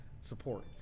support